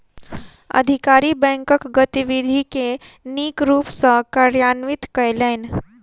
अधिकारी बैंकक गतिविधि के नीक रूप सॅ कार्यान्वित कयलैन